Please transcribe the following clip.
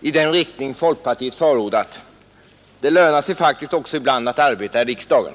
i den riktning folkpartiet förordat. Det lönar sig faktiskt också ibland att arbeta i riksdagen.